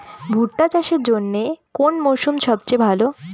ভুট্টা চাষের জন্যে কোন মরশুম সবচেয়ে ভালো?